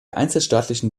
einzelstaatlichen